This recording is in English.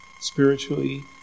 spiritually